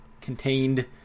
contained